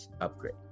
upgrade